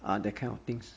uh that kind of things